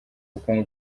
ubukungu